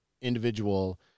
individual